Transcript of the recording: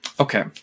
Okay